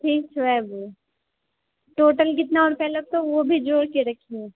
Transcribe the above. ठीक छै आबि जेबौ टोटल कितना रुपैआ लगतौ वो भी जोड़िके रखिहेँ